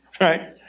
right